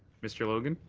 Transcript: mr. logan?